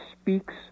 speaks